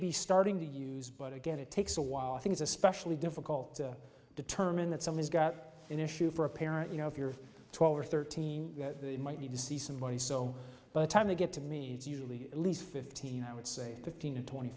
be starting to use but again it takes a while i think it's especially difficult to determine that someone's got an issue for a parent you know if you're twelve or thirteen might need to see somebody so but time to get to me is usually at least fifteen i would say fifteen or twenty